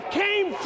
came